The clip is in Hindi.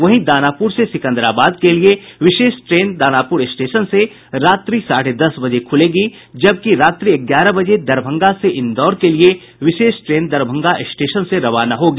वहीं दानापुर से सिंकदारबाद के लिए विशेष ट्रेन दानापुर स्टेशन से रात्रि साढ़े दस बजे खुलेगी जबकि रात्रि ग्यारह बजे दरभंगा से इंदौर के लिए विशेष ट्रेन दरभंगा स्टेशन से रवाना होगी